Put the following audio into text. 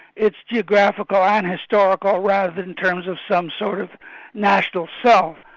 it's geographical and historical rather than in terms of some sort of national self.